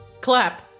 Clap